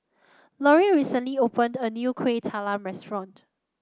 Lorri recently opened a new Kuih Talam restaurant